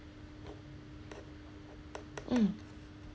mm